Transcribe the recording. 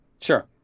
Sure